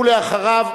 ואחריו,